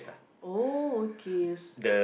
oh okay